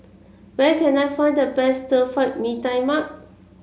where can I find the best Stir Fry Mee Tai Mak